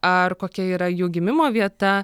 ar kokia yra jų gimimo vieta